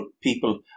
people